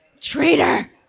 Traitor